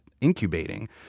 incubating